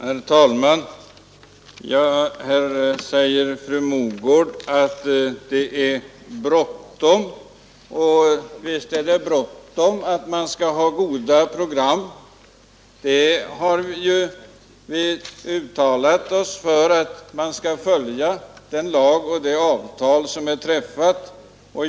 Herr talman! Fru Mogård säger att det är bråttom, och visst är det bråttom i fråga om att man skall ha goda program. I det avseendet har vi ju uttalat oss för att man skall följa den lag som gäller och det avtal som är träffat.